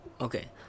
okay